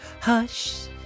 hush